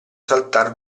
saltar